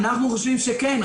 אנחנו חושבים שכן,